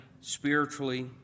spiritually